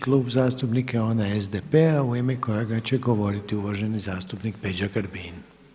Klub zastupnika je onaj SDP-a u ime kojega će govoriti uvaženi zastupnik Peđa Grbin.